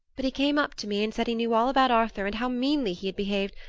but he came up to me, and said he knew all about arthur and how meanly he had behaved,